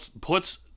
puts